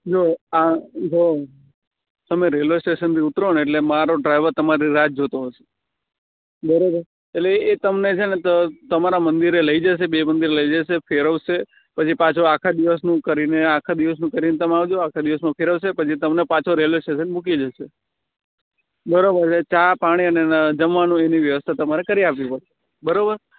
જો આ જો તમે રેલવે સ્ટેશનથી ઉતરો ને એટલે મારો ડ્રાઇવર તમારી રાહ જોતો હશે બરોબર એટલે એ તમને છે ને તો તમારા મંદિરે લઈ જશે બે મંદિરે લઈ જશે ફેરવશે પછી પાછો આખા દિવસનું કરીને આખા દિવસનું કરીને તમે આવજો આખા દિવસમાં ફેરવશે પછી તમને પાછો રેલવે સ્ટેશન મૂકી જશે બરોબર એટલે ચા પાણી અને જમવાનું એની વ્યવસ્થા તમારે કરી આપવી પડશે બરોબર